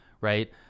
right